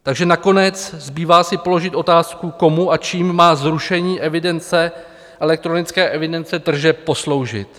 Takže nakonec zbývá si položit otázku, komu a čím má zrušení evidence, elektronické evidence tržeb posloužit.